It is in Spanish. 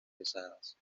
pesadas